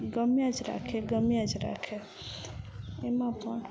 ગમ્યા જ રાખે ગમ્યા જ રાખે એમાં પણ